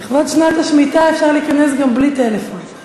לכבוד שנת השמיטה אפשר להיכנס גם בלי טלפון.